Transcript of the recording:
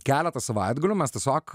keletą savaitgalių mes tiesiog